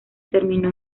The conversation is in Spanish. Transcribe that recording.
terminó